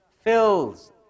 fills